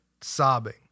sobbing